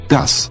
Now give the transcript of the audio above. Das